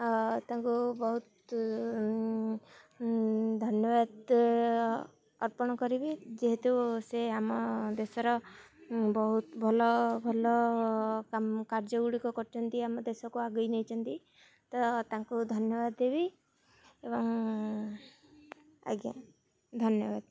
ତାଙ୍କୁ ବହୁତ ଧନ୍ୟବାଦ ଅର୍ପଣ କରିବି ଯେହେତୁ ସେ ଆମ ଦେଶର ବହୁତ ଭଲ ଭଲ କାମ କାର୍ଯ୍ୟଗୁଡ଼ିକ କରିଛନ୍ତି ଆମ ଦେଶକୁ ଆଗେଇ ନେଇଛନ୍ତି ତ ତାଙ୍କୁ ଧନ୍ୟବାଦ ଦେବି ଏବଂ ଆଜ୍ଞା ଧନ୍ୟବାଦ